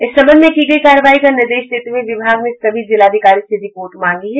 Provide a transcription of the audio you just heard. इस संबंध में की गई कार्रवाई का निर्देश देते हुये विभाग ने सभी जिलाधिकारी से रिपोर्ट मांगी है